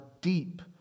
deep